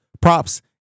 props